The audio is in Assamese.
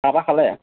চাহ তাহ খালে